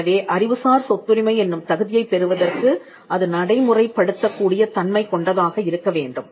எனவே அறிவுசார் சொத்துரிமை என்னும் தகுதியைப் பெறுவதற்கு அது நடைமுறைப்படுத்தக் கூடிய தன்மை கொண்டதாக இருக்க வேண்டும்